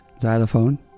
xylophone